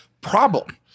problem